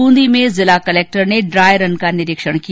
ब्रंदी में जिला कलक्टर ने ड्राई रन का निराण किया